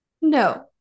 No